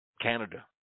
Canada